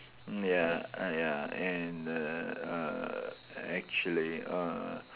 ya I uh and err uh actually err